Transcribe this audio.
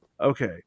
Okay